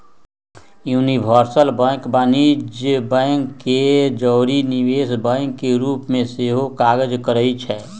universal bank वाणिज्यिक bank के जौरही निवेश बैंक के रूप में सेहो काज करइ छै